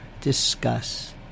discuss